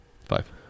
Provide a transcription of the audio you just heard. Five